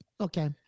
Okay